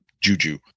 juju